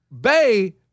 Bay